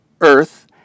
earth